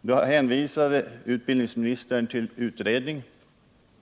Då hänvisade utbildningsministern till utredning.